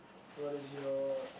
what is your